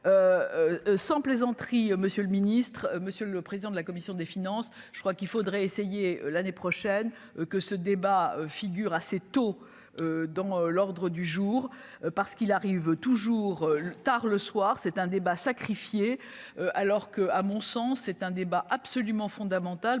sans plaisanterie, monsieur le ministre, monsieur le président de la commission des finances, je crois qu'il faudrait essayer l'année prochaine que ce débat figure assez tôt dans l'ordre du jour parce qu'il arrive toujours le tard le soir, c'est un débat, sacrifié, alors que, à mon sens, c'est un débat absolument fondamental